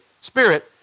Spirit